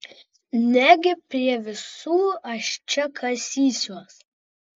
negi prie visų aš čia kasysiuos